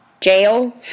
jail